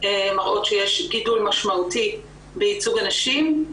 מראות שיש גידול משמעותי בייצוג נשים,